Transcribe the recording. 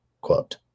quote